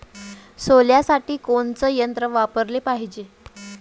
सोल्यासाठी कोनचं यंत्र वापराले पायजे?